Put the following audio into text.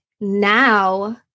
now